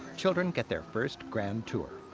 children get their first grand tour,